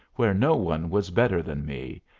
where no one was better than me,